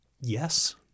Yes